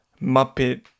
Muppet